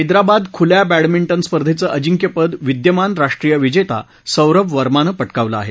हैदराबाद खुल्या बॅडमिंटन स्पर्धेचं अजिंक्यपद विद्यमान राष्ट्रीय विजेता सौरभ वर्मानं पटकावलं आहे